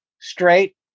straight